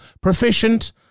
proficient